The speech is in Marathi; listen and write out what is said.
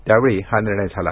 त्यावेळी हा निर्णय झाला